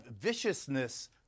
viciousness